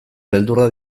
beldurra